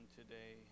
today